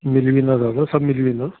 मिली वेंदा दादा सभु मिली वेंदा